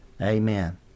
Amen